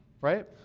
right